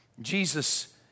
Jesus